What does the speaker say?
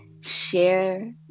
Share